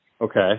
Okay